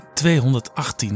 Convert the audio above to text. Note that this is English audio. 218